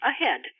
ahead